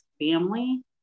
family